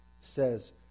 says